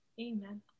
Amen